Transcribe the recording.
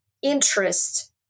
interest